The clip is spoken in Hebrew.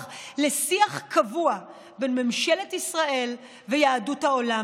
לשיח קבוע בין ממשלת ישראל ליהדות העולם.